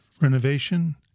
renovation